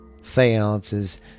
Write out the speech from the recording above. seances